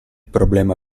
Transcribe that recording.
problema